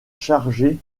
chargé